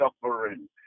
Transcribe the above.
suffering